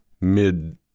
mid